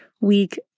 week